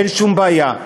אין שום בעיה.